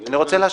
אני רוצה להשיב.